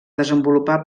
desenvolupar